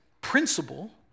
principle